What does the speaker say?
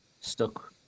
stuck